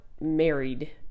married